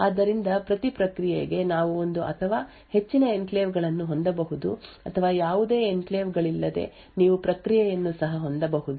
ಆದ್ದರಿಂದ ಪ್ರತಿ ಪ್ರಕ್ರಿಯೆಗೆ ನೀವು ಒಂದು ಅಥವಾ ಹೆಚ್ಚಿನ ಎನ್ಕ್ಲೇವ್ಗಳನ್ನು ಹೊಂದಬಹುದು ಅಥವಾ ಯಾವುದೇ ಎನ್ಕ್ಲೇವ್ಗಳಿಲ್ಲದೆ ನೀವು ಪ್ರಕ್ರಿಯೆಯನ್ನು ಸಹ ಹೊಂದಬಹುದು